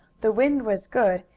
the wind was good,